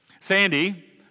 Sandy